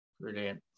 Brilliant